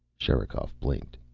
sherikov blinked.